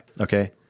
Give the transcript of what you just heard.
okay